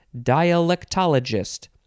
dialectologist